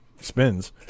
Spins